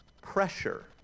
pressure